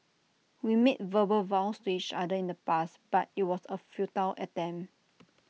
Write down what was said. we made verbal vows to each other in the past but IT was A futile attempt